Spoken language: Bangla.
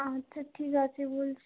আচ্ছা ঠিক আছে বলছি